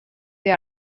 they